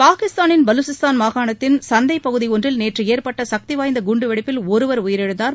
பாக்கிஸ்தானின் பலுசிஸ்தான் மாகாணத்தின் சந்தைப்பகுதி ஒன்றில் நேற்று ஏற்பட்ட சக்திவாய்ந்த குண்டுவெடிப்பில் ஒருவர் உயிரிழந்தார்